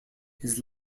his